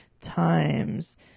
Times